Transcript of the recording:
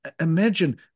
Imagine